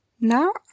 Now